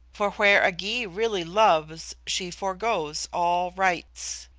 for where a gy really loves she forgoes all rights.